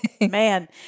Man